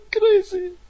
crazy